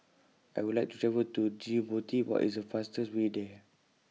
I Would like to travel to Djibouti What IS The fastest Way There